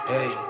Hey